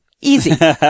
Easy